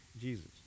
Jesus